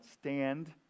stand